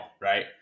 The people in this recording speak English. right